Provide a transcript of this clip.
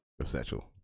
Essential